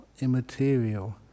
immaterial